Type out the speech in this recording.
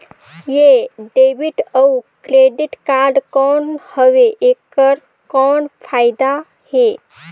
ये डेबिट अउ credit card कौन हवे एकर कौन फाइदा हे?